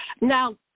Now